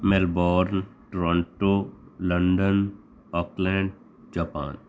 Melbourne Toronto London Lapland Japan